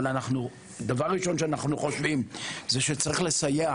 אבל דבר ראשון שאנחנו חושבים זה שצריך לסייע